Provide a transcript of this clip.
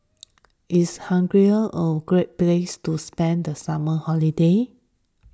is Hungary a great place to spend the summer holiday